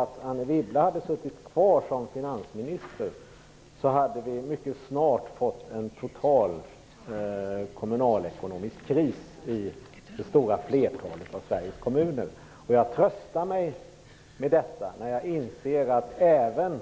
Om Anne Wibble hade suttit kvar som finansminister, hade vi mycket snart fått en kommunalekonomisk kris i det stora flertalet av Sveriges kommuner. Jag tröstar mig med detta när jag inser att inte heller